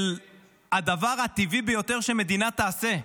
של הדבר הטבעי ביותר שמדינה תעשה,